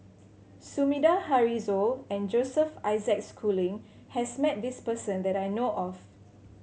Sumida Haruzo and Joseph Isaac Schooling has met this person that I know of